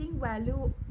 value